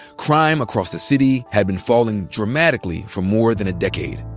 crime across the city had been falling dramatically for more than a decade.